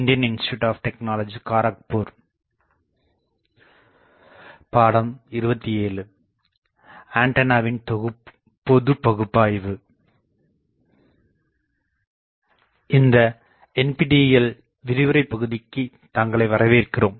இந்த NPTEL விரிவுரை பகுதிக்கு தங்களை வரவேற்கிறோம்